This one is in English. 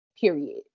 Period